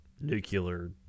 nuclear